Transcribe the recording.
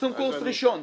שנתיים מפרסום קורס ראשון.